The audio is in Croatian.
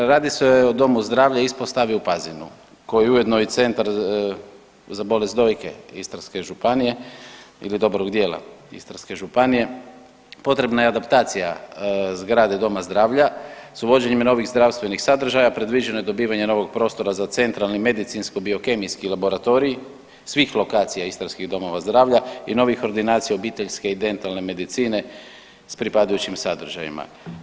Radi se o domu zdravlja ispostavi u Pazinu koji je ujedno i centar za bolest dojke Istarske županije ili dobrog dijela Istarske županije, potrebna je adaptacija zgrade doma zdravlja s uvođenjem novih zdravstvenih sadržaja, predviđeno je dobivanje novog prostora za centralni medicinsko biokemijski laboratorij svih lokacija istarskih domova zdravlja i novih ordinacija obiteljske i dentalne medicine s pripadajućim sadržajima.